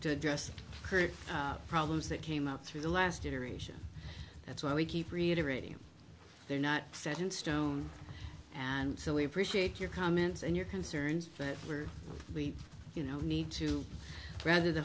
to address current problems that came up through the last iteration that's why we keep reiterating they're not set in stone and silly appreciate your comments and your concerns that were you know need to rather th